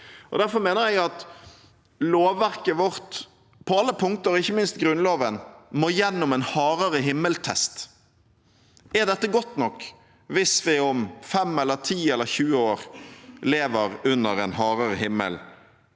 Derfor mener jeg at lovverket vårt på alle punkter, ikke minst Grunnloven, må gjennom en hardere- himmel-test: Er dette godt nok hvis vi om 5, 10 eller 20 år lever under en hardere himmel